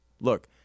look